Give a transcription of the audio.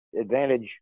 Advantage